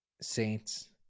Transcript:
Saints